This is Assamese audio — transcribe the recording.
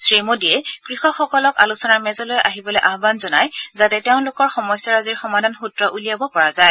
শ্ৰীমোদীয়ে কৃষকসকলক আলোচনাৰ মেজলৈ আহিবলৈ আহান জনায় যাতে তেওঁলোকৰ সমস্যাৰাজিৰ সমাধান সূত্ৰ উলিয়াব পৰা যায়